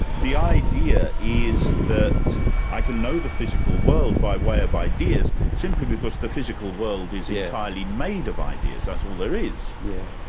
the idea is that i can know the physical world by way of ideas simply because the physical world is entirely made of ideas, that's all there is. yeah